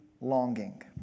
longing